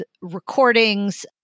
recordings